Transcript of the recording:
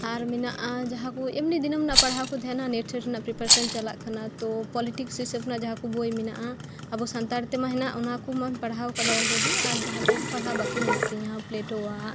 ᱟᱨ ᱢᱮᱱᱟᱜᱼᱟ ᱡᱟᱦᱟ ᱠᱚ ᱮᱢᱱᱤ ᱫᱤᱱᱚᱢ ᱨᱮᱱᱟᱜ ᱯᱟᱲᱦᱟᱣ ᱠᱚ ᱛᱟᱸᱦᱮᱱᱟ ᱱᱮᱴ ᱥᱮᱴ ᱨᱮᱱᱟᱜ ᱯᱨᱤᱯᱟᱨᱮᱥᱚᱱ ᱪᱟᱞᱟᱜ ᱠᱟᱱᱟ ᱛᱳ ᱯᱚᱞᱤᱴᱤᱠᱥ ᱦᱤᱥᱟᱹᱵ ᱨᱮᱱᱟᱜ ᱡᱟᱦᱟ ᱠᱚ ᱵᱚᱭ ᱢᱮᱱᱟᱜᱼᱟ ᱟᱵᱚ ᱥᱟᱱᱛᱟᱲ ᱛᱮᱢᱟ ᱦᱮᱱᱟᱜ ᱚᱱᱟᱠᱚᱢᱟᱹᱧ ᱯᱟᱲᱦᱟᱣ ᱟᱠᱟᱫᱟ ᱚᱞᱨᱮᱰᱤ ᱟᱨ ᱡᱟᱦᱟᱸ ᱠᱚ ᱯᱟᱲᱦᱟᱣ ᱵᱟᱹᱠᱤ ᱢᱮᱱᱟᱜ ᱛᱤᱧᱟᱹ ᱯᱞᱮᱴᱳᱣᱟᱜ